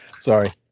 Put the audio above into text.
Sorry